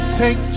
take